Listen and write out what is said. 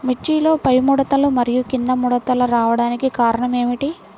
మిర్చిలో పైముడతలు మరియు క్రింది ముడతలు రావడానికి కారణం ఏమిటి?